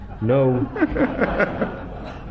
no